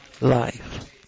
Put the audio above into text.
life